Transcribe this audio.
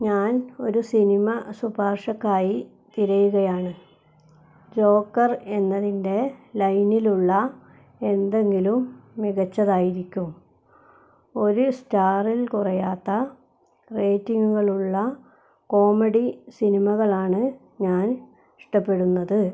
ഞാൻ ഒരു സിനിമ ശുപാർശയ്ക്കായി തിരയുകയാണ് ജോക്കർ എന്നതിൻ്റെ ലൈനിലുള്ള എന്തെങ്കിലും മികച്ചതായിരിക്കും ഒരു സ്റ്റാറിൽ കുറയാത്ത റേറ്റിംഗുകളുള്ള കോമഡി സിനിമകളാണ് ഞാൻ ഇഷ്ടപ്പെടുന്നത്